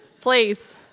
Please